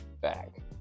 back